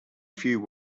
few